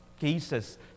cases